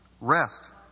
rest